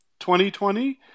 2020